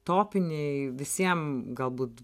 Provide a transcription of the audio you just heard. topiniai visiem galbūt